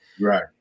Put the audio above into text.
Right